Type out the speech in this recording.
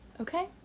Okay